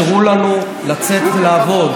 (חבר הכנסת יואב בן צור יוצא מאולם